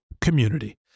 community